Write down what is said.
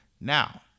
Now